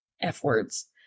F-words